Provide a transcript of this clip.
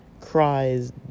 cries